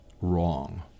wrong